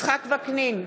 יצחק וקנין,